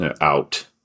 out